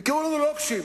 ימכרו לנו לוקשים.